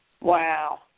Wow